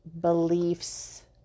beliefs